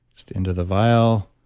just into the vial.